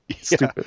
Stupid